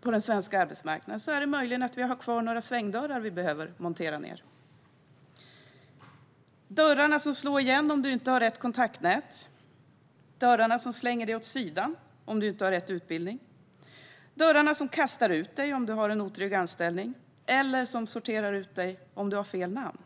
på den svenska arbetsmarknaden är det möjligen att vi har kvar några svängdörrar som behöver monteras ned. Det handlar om de dörrar som slår igen om du inte har rätt kontaktnät eller de som slänger dig åt sidan om du inte har rätt utbildning. Det handlar också om dörrar som kastar ut dig om du har en otrygg anställning eller som sorterar ut dig om du har fel namn.